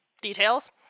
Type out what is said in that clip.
details